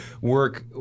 work